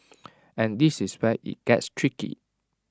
and this is where IT gets tricky